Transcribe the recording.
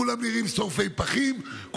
כולם נראים שורפי פחים,